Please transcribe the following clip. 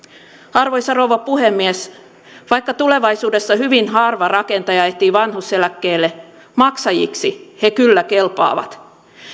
arvoisa rouva puhemies vaikka tulevaisuudessa hyvin harva rakentaja ehtii vanhuus eläkkeelle maksajiksi he kyllä kelpaavat